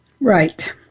Right